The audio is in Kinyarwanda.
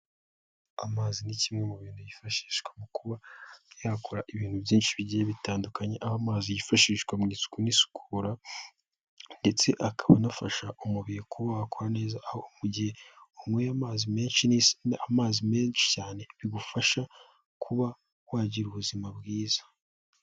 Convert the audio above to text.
Amazi ni kimwe mu bintu yifashishwa mu kuba yakora ibintu byinshi bigiye bitandukanye, aho amazi yifashishwa mu isuku n'isukura ndetse akaba anafasha umubiri kuba wakora neza, aho mu gihe unyweye amazi menshi amazi menshi cyane bigufasha kuba wagira ubuzima bwiza.